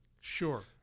Sure